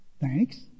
Thanks